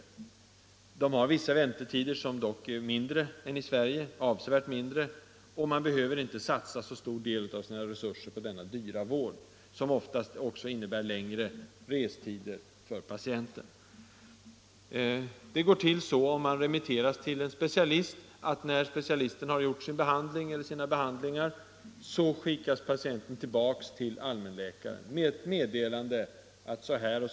Man har vissa väntetider i England, men de är avsevärt kortare än i Sverige. Man behöver därför inte satsa så stor del av resurserna på denna dyra vård, som oftast också innebär längre restider för patienten. Om man remitteras till en specialist går det så till, att när specialisten har utfört sin behandling skickas patienten tillbaka till allmänläkaren med ett meddelande om vad som har gjorts.